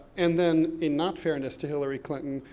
and then in not fairness to hillary clinton,